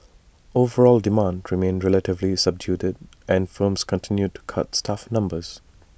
overall demand remained relatively subdued and firms continued to cut staff numbers